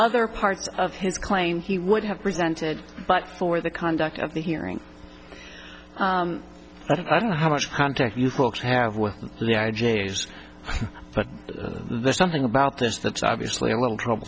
other parts of his claim he would have presented but for the conduct of the hearings i don't know how much contact you folks have with js but there's something about this that's obviously a little trouble